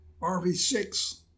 RV6